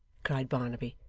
cried barnaby,